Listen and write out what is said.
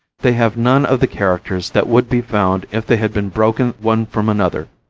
they have none of the characters that would be found if they had been broken one from another,